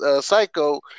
psycho